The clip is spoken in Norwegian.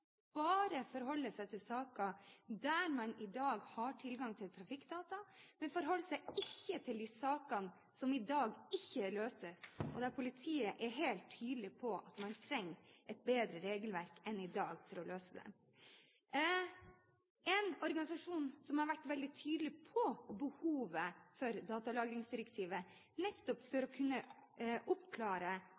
bare til saker der man i dag har tilgang til trafikkdata. Han forholder seg ikke til de sakene som i dag ikke løses, og der politiet er helt tydelig på at man trenger et bedre regelverk enn i dag for å løse dem. En organisasjon som har vært veldig tydelig på behovet for datalagringsdirektivet for nettopp å kunne oppklare